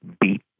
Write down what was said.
beat